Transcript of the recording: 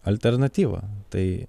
alternatyvą tai